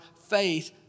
faith